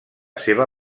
seva